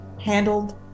handled